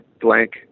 blank